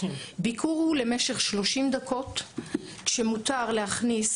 ביקור הוא למשך שלושים דקות כשמותר להכניס